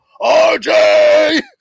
RJ